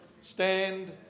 Stand